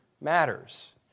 matters